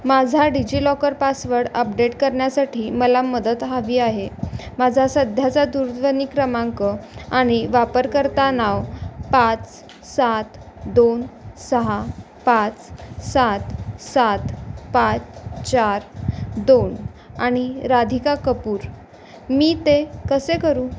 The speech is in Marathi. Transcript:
माझा डिजिलॉकर पासवड अपडेट करण्यासाठी मला मदत हवी आहे माझा सध्याचा दूरध्वनी क्रमांक आणि वापरकर्ता नाव पाच सात दोन सहा पाच सात सात पाच चार दोन आणि राधिका कपूर मी ते कसे करू